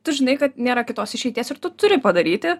tu žinai kad nėra kitos išeities ir tu turi padaryti